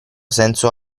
senso